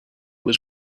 was